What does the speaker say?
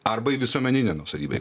arba į visuomeninę nuosavybę